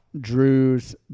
Drew's